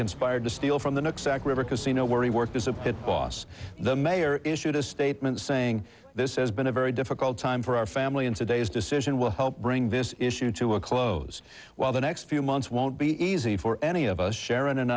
conspired to steal from the next aquiver casino where he worked as a pit boss the mayor issued a statement saying this has been a very difficult time for our family and today's decision will help bring this issue to a close well the next few months won't be easy for any of us sharon and